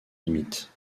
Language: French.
limite